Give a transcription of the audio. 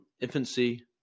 infancy